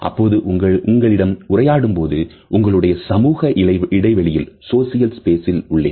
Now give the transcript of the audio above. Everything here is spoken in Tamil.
அப்போது உங்களிடம் உரையாடும்போது உங்களுடைய சமூக இடைவெளியில் உள்ளேன்